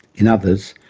in others,